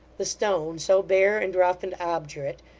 the stone, so bare, and rough, and obdurate,